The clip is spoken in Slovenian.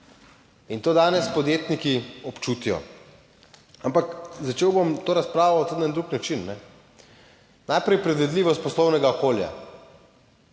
in to danes podjetniki občutijo. Ampak začel bom to razpravo tudi na drug način, ne. Najprej predvidljivost poslovnega okolja.